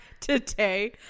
today